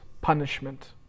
punishment